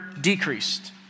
decreased